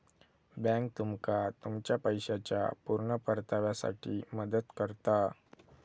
bank तुमका तुमच्या पैशाच्या पुर्ण परताव्यासाठी मदत करता